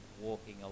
walking